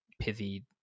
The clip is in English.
pithy